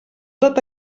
tot